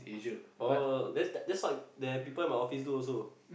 oh that's the that's what the people in my office do also